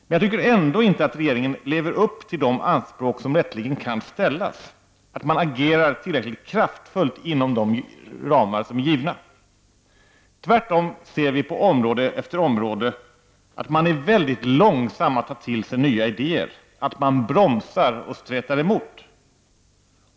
Men jag tycker ändå inte att regeringen lever upp till de anspråk som rätteligen kan ställas, att agera tillräckligt kraftfullt inom givna ramar. Tvärtom ser vi på område efter område att man är väldigt långsam att ta till sig nya idéer, att man bromsar och stretar emot.